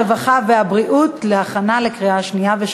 הרווחה והבריאות נתקבלה.